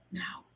now